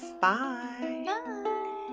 Bye